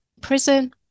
prison